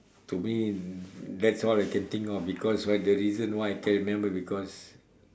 to me that's all I can think of because right the reason why I can remember because